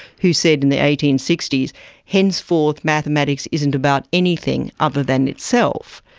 who said in the eighteen sixty s henceforth mathematics isn't about anything other than itself.